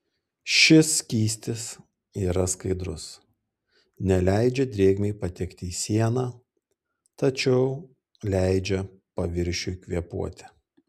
šis skystis yra skaidrus neleidžia drėgmei patekti į sieną tačiau leidžia paviršiui kvėpuoti